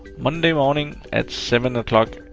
monday morning at seven o'clock,